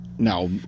Now